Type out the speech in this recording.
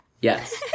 Yes